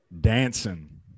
Dancing